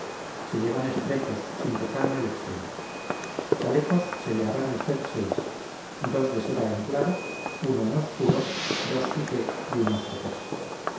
se llevan estrechos sin tocar en el extremo chalecos se le harán a usted seis dos de seda en claro uno en obscuro dos piqué y uno escocés